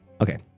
Okay